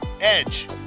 edge